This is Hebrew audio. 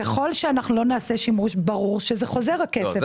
ככל שאנחנו לא נעשה שימוש, ברור שהכסף הזה חוזר.